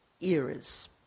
eras